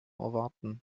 erwarten